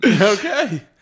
Okay